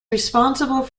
responsible